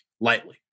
lightly